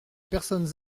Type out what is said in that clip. personnes